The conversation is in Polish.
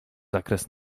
zakres